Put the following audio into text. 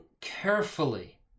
carefully